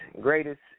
greatest